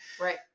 right